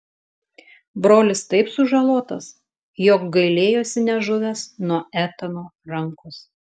brolis taip sužalotas jog gailėjosi nežuvęs nuo etano rankos